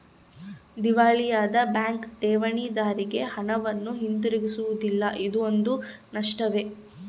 ದಿವಾಳಿಯಾದ ಬ್ಯಾಂಕ್ ಠೇವಣಿದಾರ್ರಿಗೆ ಹಣವನ್ನು ಹಿಂತಿರುಗಿಸುವುದಿಲ್ಲ ಇದೂ ಒಂದು ನಷ್ಟವೇ